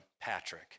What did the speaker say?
Patrick